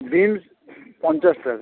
beans পঞ্চাশ টাকা